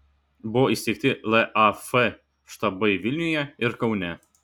buvo įsteigti laf štabai vilniuje ir kaune